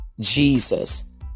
Jesus